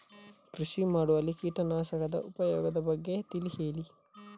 ಕೃಷಿ ಮಾಡುವಲ್ಲಿ ಕೀಟನಾಶಕದ ಉಪಯೋಗದ ಬಗ್ಗೆ ತಿಳಿ ಹೇಳಿ